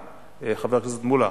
חבר הכנסת מולה,